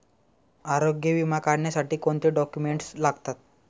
आरोग्य विमा काढण्यासाठी कोणते डॉक्युमेंट्स लागतात?